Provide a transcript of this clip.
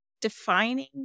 defining